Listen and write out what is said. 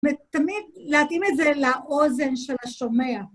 ותמיד להתאים את זה לאוזן של השומע.